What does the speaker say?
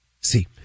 See